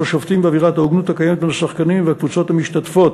שופטים ואווירת ההוגנות הקיימת בין השחקנים והקבוצות המשתתפות.